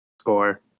score